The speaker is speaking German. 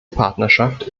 partnerschaft